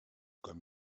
comme